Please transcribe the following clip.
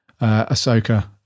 Ahsoka